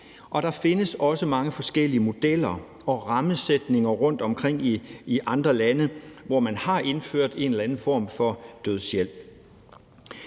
Der findes også mange forskellige modeller og rammesætninger rundtomkring i andre lande, hvor man har indført en eller anden form for dødshjælp.